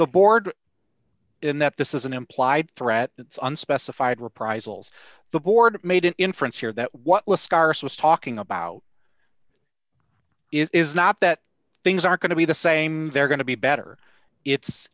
the board in that this is an implied threat it's unspecified reprisals the board made an inference here that what le scarse was talking about is not that things are going to be the same they're going to be better it's